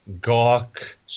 gawk